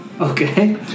Okay